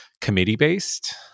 committee-based